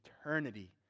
eternity